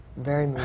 very moving.